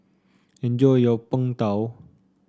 enjoy your Png Tao